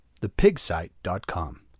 thepigsite.com